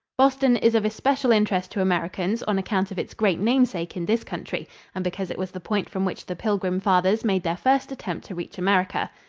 boston is of especial interest to americans on account of its great namesake in this country and because it was the point from which the pilgrim fathers made their first attempt to reach america.